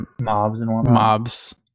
mobs